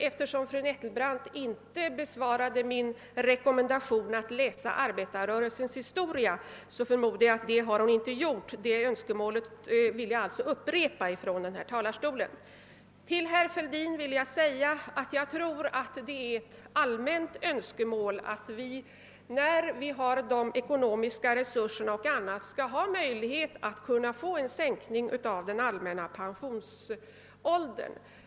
Eftersom hon inte yttrade sig om min rekommendation att läsa arbetarrörelsens historia, förmodar jag att hon däremot inte har läst den. Det önskemålet vill jag alltså upprepa. Jag tror, herr Fälldin, att det är ett allmänt önskemål att vi, när vi har de ekonomiska resurserna, genomför en sänkning av den allmänna pensionsåldern.